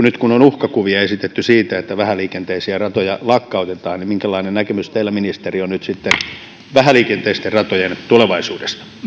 nyt kun on uhkakuvia esitetty siitä että vähäliikenteisiä ratoja lakkautetaan minkälainen näkemys teillä ministeri on nyt sitten vähäliikenteisten ratojen tulevaisuudesta